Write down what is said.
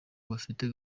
bafite